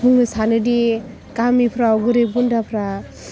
बुंनो सानोदि गामिफोराव गोरिब गुन्द्राफोरा